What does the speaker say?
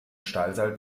stahlseil